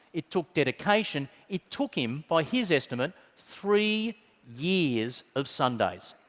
it took dedication. it took him, by his estimate, three years of sundays.